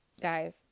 guys